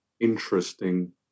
interesting